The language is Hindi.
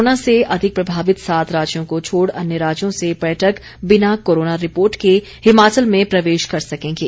कोरोना से अधिक प्रभावित सात राज्यों को छोड अन्य राज्यों से पर्यटक बिना कोरोना रिपोर्ट के हिमाचल में प्रवेश कर सकेंगे